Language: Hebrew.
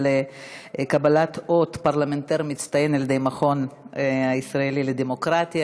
על קבלת אות הפרלמנטר המצטיין מהמכון הישראלי לדמוקרטיה.